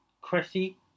Cressy